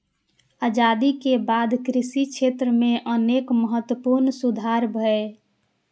आजादी के बाद कृषि क्षेत्र मे अनेक महत्वपूर्ण सुधार भेलैए